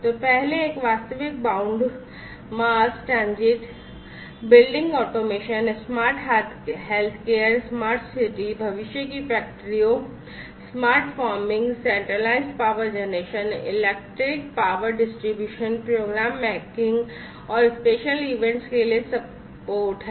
तो पहले एक real bound mass transit building automation smart healthcare smart city भविष्य की फैक्ट्रियों smart farming centralised power generation electric power distribution programme making और स्पेशल इवेंट्स के लिए सपोर्ट है